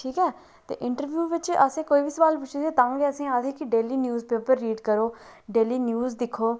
ठीक ऐ ते इंटरव्यू बिच असें कोई बी सोआल पुच्छे ते तां गै असें डेली न्यूज़ पेपर रीड करो डेली न्यूज़ दिक्खो